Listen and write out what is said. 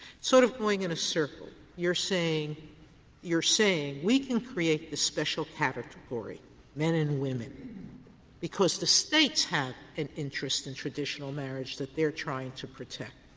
sort of going in a circle. you're saying you're saying, we can create this special category men and women because the states have an interest in traditional marriage that they're trying to protect.